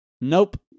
Nope